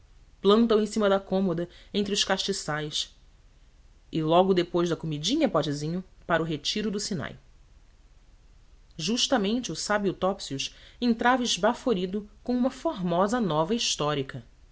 planta o em cima da cômoda entre os castiçais e logo depois da comidinha potezinho para o retiro do sinai justamente o sábio topsius entrava esbaforido com uma formosa nova histórica